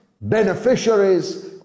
beneficiaries